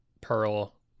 pearl